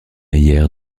hier